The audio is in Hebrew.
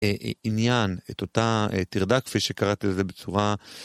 עניין את אותה טירדה כפי שקראתי לזה בצורה